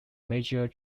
major